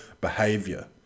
behavior